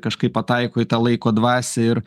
kažkaip pataiko į laiko dvasią ir